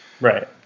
Right